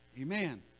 Amen